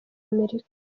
amerika